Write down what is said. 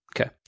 okay